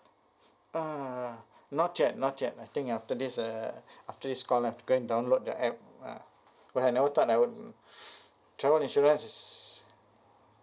uh not yet not yet I think after this uh after this call I have to go and download the app ah I never thought I would travel insurance is